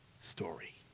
story